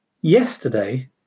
Yesterday